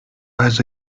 has